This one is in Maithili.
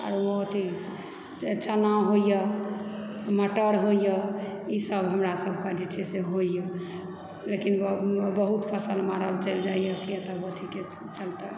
ओ अथी चना होइए मटर होइए ईसभ हमरा सभकेँ जे छै से होइए लेकिन बहुत फसल मारल चलि जाइए अथीके चलते